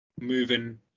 moving